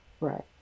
Right